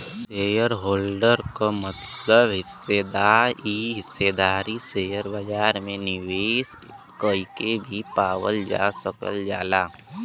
shareholder क मतलब हिस्सेदार इ हिस्सेदारी शेयर बाजार में निवेश कइके भी पावल जा सकल जाला